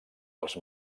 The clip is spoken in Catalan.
als